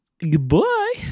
Goodbye